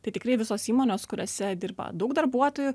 tai tikrai visos įmonės kuriose dirba daug darbuotojų